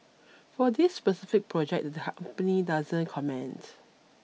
for this specific project the company doesn't comment